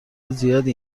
زیادی